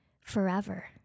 forever